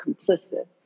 complicit